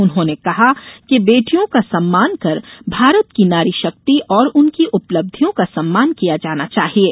उन्होंने कहा कि बेटियों का सम्मान कर भारत की नारी शक्ति और उनकी उपलब्धियों का सम्मान किया जाना चाहिये